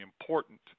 important